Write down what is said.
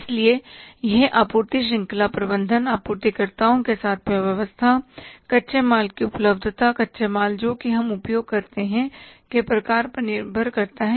इसलिए यह आपूर्ति श्रृंखला प्रबंधन आपूर्तिकर्ताओं के साथ व्यवस्था कच्चे माल की उपलब्धता कच्चे माल जो कि हम उपयोग करते हैं के प्रकार पर निर्भर करता है